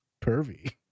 pervy